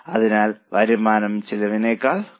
അതിനാൽ വരുമാനം ചെലവിനേക്കാൾ കൂടുതലാണ്